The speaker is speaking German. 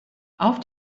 auf